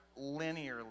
linearly